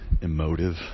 emotive